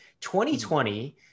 2020